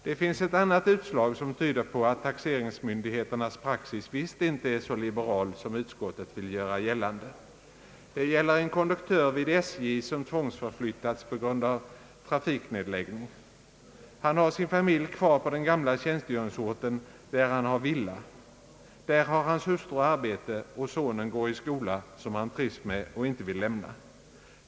Det finns ett annat utslag som tyder på att taxeringsmyndigheternas praxis visst inte är så liberal som utskottet vill göra gällande. Det gäller en konduktör vid SJ som tvångsförflyttas på grund av trafiknedläggning. Han har sin familj kvar på den gamla tjänstgöringsorten, där han har villa, hans hustru arbete och sonen går i skola som han trivs med och inte vill lämna.